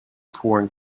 pouring